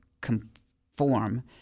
conform